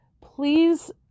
Please